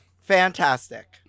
Fantastic